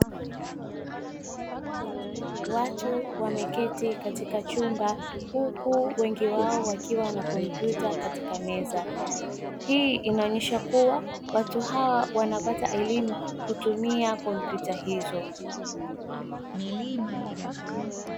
Watu wameketi katika chumba huku wengi wao wakiwa na kompyuta katika meza. Hii inaonyesha kuwa watu hawa wanapata elimu kutumia kompyuta hizo.